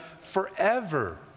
forever